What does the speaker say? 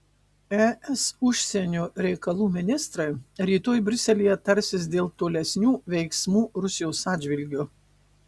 es užsienio reikalų ministrai rytoj briuselyje tarsis dėl tolesnių veiksmų rusijos atžvilgiu